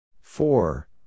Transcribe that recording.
Four